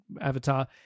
Avatar